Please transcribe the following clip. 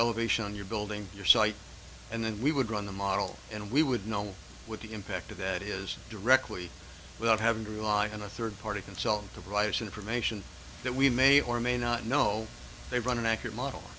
elevation you're building your site and then we would run the model and we would know what the impact of that is directly without having to rely on a third party consult providers information that we may or may not know they run an accurate model